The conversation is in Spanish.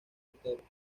esteros